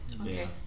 Okay